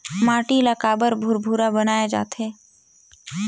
माटी ला काबर भुरभुरा बनाय जाथे?